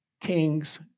king's